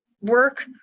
work